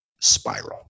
spiral